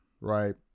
right